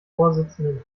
vorsitzenden